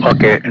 Okay